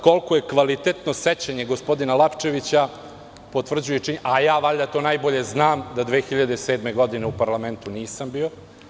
Koliko je kvalitetno sećanje gospodina Lapčevića potvrđuje činjenica, a ja valjda to najbolje znam, da 2007. godine u parlamentu nisam bio.